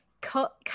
Cut